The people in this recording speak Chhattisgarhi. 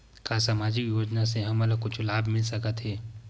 का सामाजिक योजना से हमन ला कुछु लाभ मिल सकत हे?